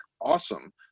awesome